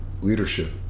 leadership